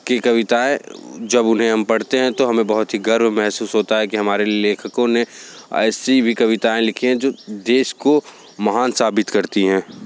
की कविताए जब उन्हें हम पढ़ते हैं तो हमें बहुत ही गर्व मेहसूस होता है कि हमारे लेखकों ने ऐसी भी कविताएँ लिखी हैं जो देश को महान साबित करती हैं